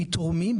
מתורמים,